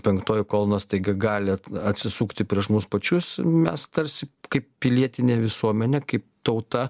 penktoji kolona staiga gali atsisukti prieš mus pačius mes tarsi kaip pilietinė visuomenė kaip tauta